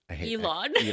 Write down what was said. Elon